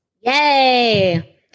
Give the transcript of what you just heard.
Yay